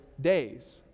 days